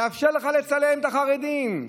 לצלם את החרדים.